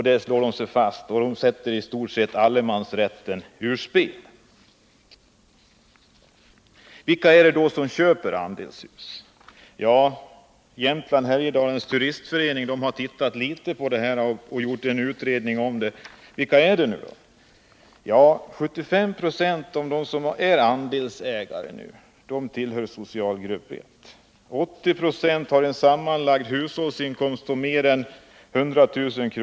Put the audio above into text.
Där slår de sig ner och sätter i stort sett Nr 57 allemansrätten ur spel. Tisdagen den Vilka är det då som köper andelshus? Jämtlands och Härjedalens 18 december 1979 turistförening har sett litet på detta och gjort en utredning. 75 96 av dem som är andelsägare tillhör socialgrupp 1. 80 96 har en sammanlagd hushållsinkomst på mer än 100 000 kr.